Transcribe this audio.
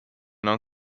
non